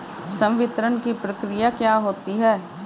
संवितरण की प्रक्रिया क्या होती है?